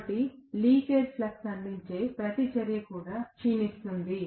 కాబట్టి leakage flux అందించే ప్రతిచర్య కూడా క్షీణిస్తుంది